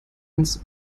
ans